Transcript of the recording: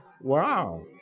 Wow